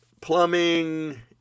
plumbing